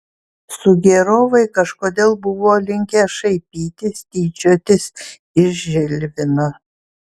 sugėrovai kažkodėl buvo linkę šaipytis tyčiotis iš žilvino